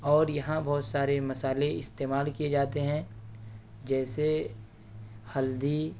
اور یہاں بہت سارے مصالحے استعمال کیے جاتے ہیں جیسے ہلدی